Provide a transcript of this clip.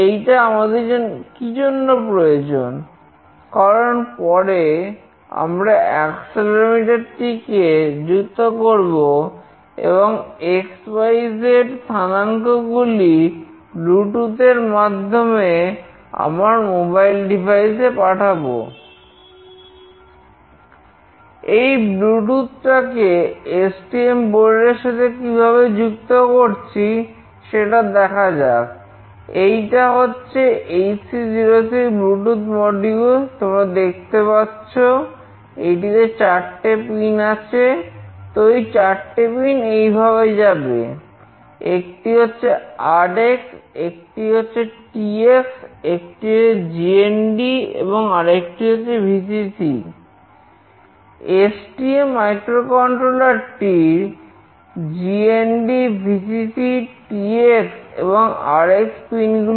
এই ব্লুটুথ একটি হচ্ছে GND এবং আরেকটি হচ্ছে Vcc